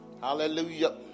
Hallelujah